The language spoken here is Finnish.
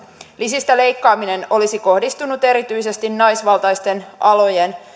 lisistä leikkaaminen olisi kohdistunut erityisesti naisvaltaisten alojen